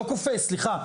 לא כופה סליחה,